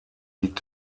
liegt